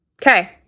okay